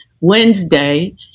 Wednesday